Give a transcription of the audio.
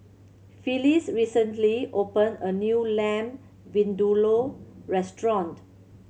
Phylis recently opened a new Lamb Vindaloo restaurant